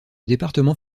département